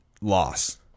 loss